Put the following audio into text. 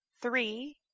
three